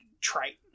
trite